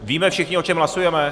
Víme všichni, o čem hlasujeme?